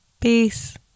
Peace